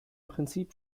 prinzip